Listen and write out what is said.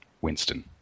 Winston